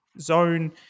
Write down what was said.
zone